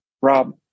Rob